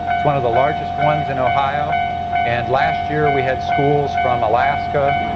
it's one of the largest ones in ohio and last year we had schools from alaska,